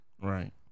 Right